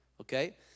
okay